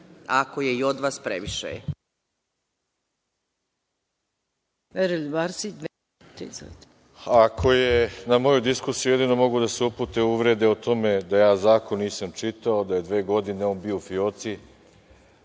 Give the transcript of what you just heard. **Veroljub Arsić** Ako na moju diskusiju jedino mogu da se upute uvrede o tome da ja zakon nisam čitao, da je dve godine on bio u fioci…